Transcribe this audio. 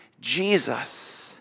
Jesus